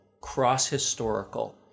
cross-historical